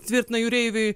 tvirtina jūreiviui